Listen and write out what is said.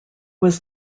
was